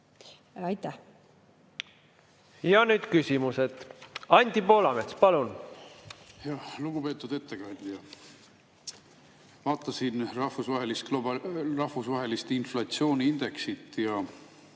Nüüd küsimused. Anti Poolamets, palun! Lugupeetud ettekandja! Vaatasin rahvusvahelist inflatsiooniindeksit ja